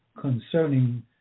concerning